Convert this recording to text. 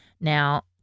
Now